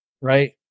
right